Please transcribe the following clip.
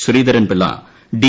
Sreedharan Pillai D